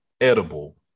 edible